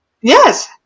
Yes